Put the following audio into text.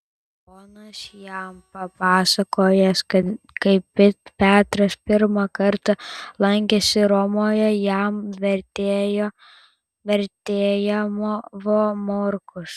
jonas jam papasakojęs kad kai petras pirmą kartą lankėsi romoje jam vertėjavo morkus